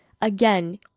again